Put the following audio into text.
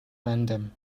random